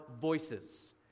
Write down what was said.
voices